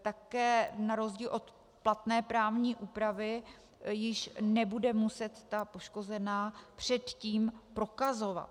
Také na rozdíl od platné právní úpravy již nebude muset ta poškozená předtím prokazovat.